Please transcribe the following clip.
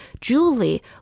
Julie